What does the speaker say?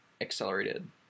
accelerated